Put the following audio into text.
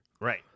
Right